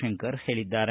ಶಂಕರ ಹೇಳಿದ್ದಾರೆ